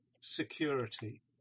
security